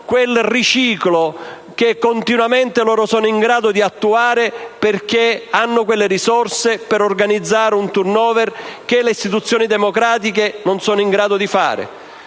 quel riciclo che continuamente sono in grado di attuare perché hanno le risorse per organizzare un *turnover* che le istituzioni democratiche non sono in grado di fare.